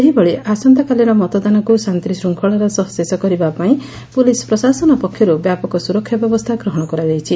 ସେହିଭଳି ଆସନ୍ତାକାଲିର ମତଦାନକୁ ଶାନ୍ତିଶୃଙ୍ଖଳାର ସହ ଶେଷ କରିବା ପାଇଁ ପୁଲିସ ପ୍ରଶାସନ ପକ୍ଷରୁ ବ୍ୟାପକ ସୁରକ୍ଷା ବ୍ୟବସ୍ଥା ଗ୍ରହଣ କରାଯାଇଛି